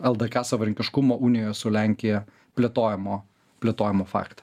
ldk savarankiškumo unijos su lenkija plėtojimo plėtojimo faktą